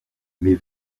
mes